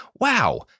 Wow